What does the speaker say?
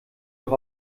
doch